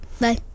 Bye